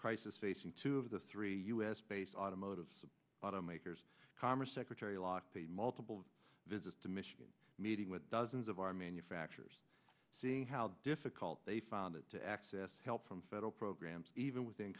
crisis facing two of the three u s based automotive automakers commerce secretary locke the multiple visits to michigan meeting with dozens of our manufacturers seeing how difficult they found it to access help from federal programs even within